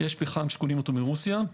יש פחם שקונים אותו מרוסיה.